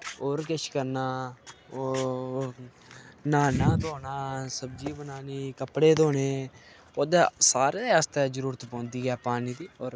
होर किश करना ओह् न्हाना धोना सब्ज़ी बनानी कपड़े धोने ओह्दे सारें आस्तै जरूरत पौंदी ऐ पानी दी होर